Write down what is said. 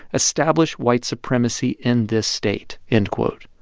establish white supremacy in this state, end quote.